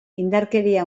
indarkeria